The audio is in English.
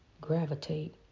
Gravitate